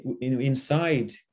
inside